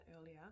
earlier